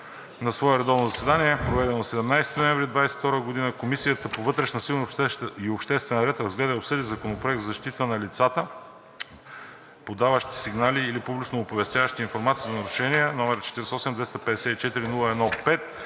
На свое редовно заседание, проведено на 17 ноември 2022 г., Комисията по вътрешна сигурност и обществен ред разгледа и обсъди Законопроект за защита на лицата, подаващи сигнали или публично оповестяващи информация за нарушения, № 48-202-01-4,